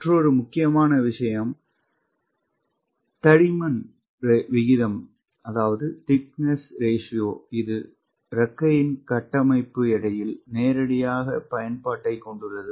மற்றொரு முக்கியமான விஷயம் தடிமன் விகிதம் இது இறக்கையின் கட்டமைப்பு எடையில் நேரடி பயன்பாட்டைக் கொண்டுள்ளது